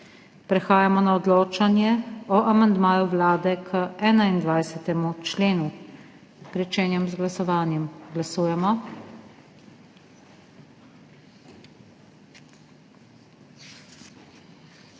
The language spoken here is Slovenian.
Prehajamo na odločanje o amandmaju Vlade k 31. členu. Pričenjam z glasovanjem. Glasujemo.